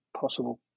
possible